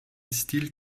stil